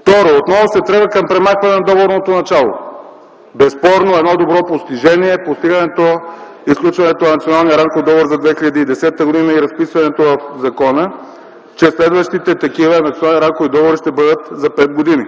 Второ, отново се тръгва към премахване на договорното начало. Безспорно едно добро постижение е постигането и сключването на Националния рамков договор за 2010 г. и разписването в закона, че следващите такива национални рамкови договори ще бъдат за пет години.